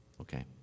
Okay